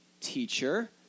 teacher